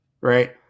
right